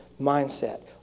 mindset